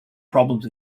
problems